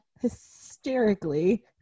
hysterically